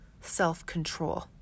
self-control